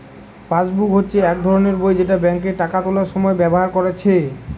passbook হচ্ছে এক ধরণের বই যেটা বেঙ্কে টাকা তুলার সময় ব্যাভার কোরছে